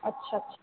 अच्छा अच्छा